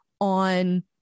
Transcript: on